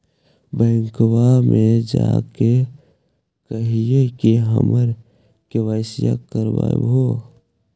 बैंकवा मे जा के कहलिऐ कि हम के.वाई.सी करईवो?